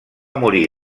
morir